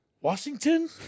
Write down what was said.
Washington